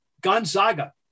Gonzaga